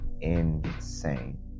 insane